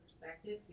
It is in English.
perspective